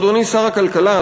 אדוני שר הכלכלה,